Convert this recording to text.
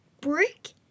brick